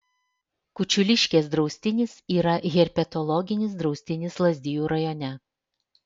kučiuliškės draustinis yra herpetologinis draustinis lazdijų rajone